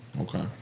Okay